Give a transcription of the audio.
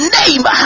name